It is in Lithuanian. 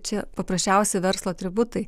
čia paprasčiausiai verslo atributai